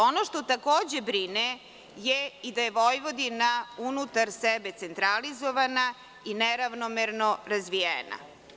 Ono što takođe brine je i da je Vojvodina unutar sebe centralizovana i neravnomerno razvijena.